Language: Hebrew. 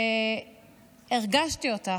הרגשתי אותך,